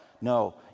No